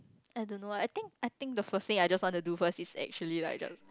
I don't know ah I think I think the first thing I just want to do first is actually like just